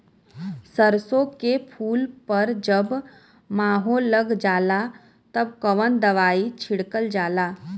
सरसो के फूल पर जब माहो लग जाला तब कवन दवाई छिड़कल जाला?